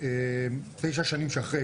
בתשע השנים שאחרי,